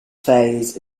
phase